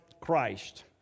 Christ